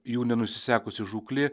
jų nenusisekusi žūklė